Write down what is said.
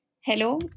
Hello